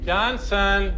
Johnson